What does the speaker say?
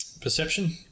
perception